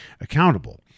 accountable